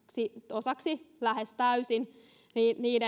osaksi lähes täysin niiden